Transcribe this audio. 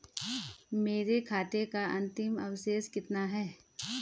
मेरे खाते का अंतिम अवशेष कितना है?